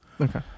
Okay